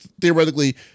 theoretically